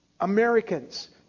Americans